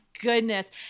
goodness